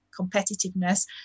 competitiveness